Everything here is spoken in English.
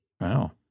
Wow